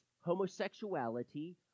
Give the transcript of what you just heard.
homosexuality